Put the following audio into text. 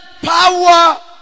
power